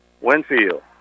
Winfield